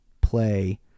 play